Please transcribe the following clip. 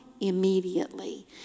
immediately